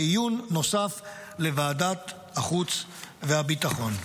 לעיון נוסף בוועדת החוץ והביטחון.